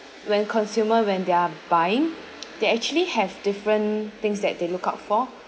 when consumer when they're buying they actually have different things that they look out for